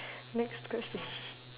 next question